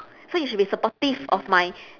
so you should be supportive of my